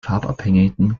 farbabhängigen